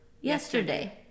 yesterday